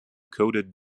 coded